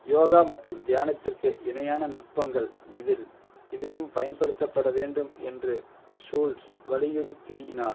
யோகா மற்றும் தியானத்திற்கு இணையான நுட்பங்கள் இதில் இதிலும் பயன்படுத்தப்படவேண்டும் என்று ஷூல்ட்ஸ் வலியுறுத்தினார்